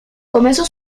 comenzó